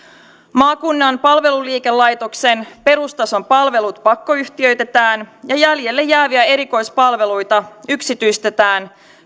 maakunnan palveluliikelaitoksen perustason palvelut pakkoyhtiöitetään ja jäljelle jääviä erikoispalveluita yksityistetään